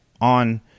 on